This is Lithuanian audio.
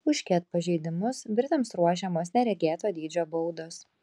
už ket pažeidimus britams ruošiamos neregėto dydžio baudos